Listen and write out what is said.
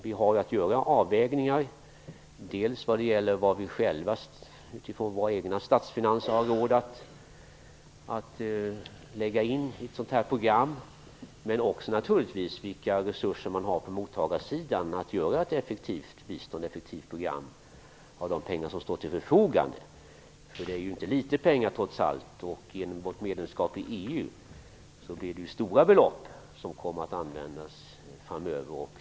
Vi har att göra avvägningar och se dels vad våra statsfinanser tillåter, dels vilka resurser man har på mottagarsidan att göra ett effektivt program med de pengar som står till förfogande. Det är trots allt inte litet pengar. Genom vårt gemenskap i EU får vi stora belopp att använda framöver.